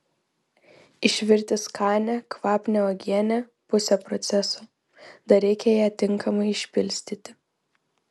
išvirti skanią kvapnią uogienę pusė proceso dar reikia ją tinkamai išpilstyti